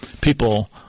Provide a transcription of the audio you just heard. people